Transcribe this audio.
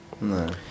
No